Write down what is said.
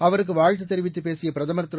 அவருக்கு வாழ்த்து தெரிவித்தப் பேசிய பிரதமர் திரு